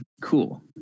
cool